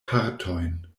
partojn